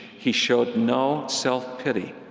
he showed no self-pity,